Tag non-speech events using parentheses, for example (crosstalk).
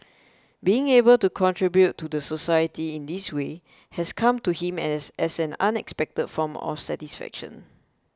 being able to contribute to the society in this way has come to him (hesitation) as an unexpected form of satisfaction